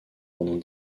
pendant